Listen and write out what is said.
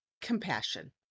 compassion